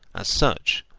as such,